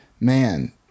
Man